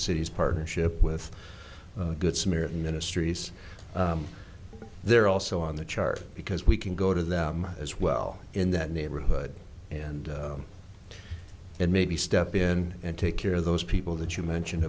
city's partnership with good samaritan ministries they're also on the chart because we can go to them as well in that neighborhood and and maybe step in and take care of those people that you mentioned